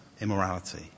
immorality